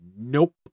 Nope